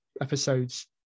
episodes